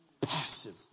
Passive